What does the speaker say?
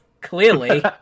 clearly